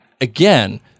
again